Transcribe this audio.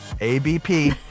ABP